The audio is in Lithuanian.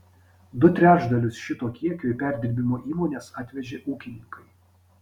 du trečdalius šito kiekio į perdirbimo įmones atvežė ūkininkai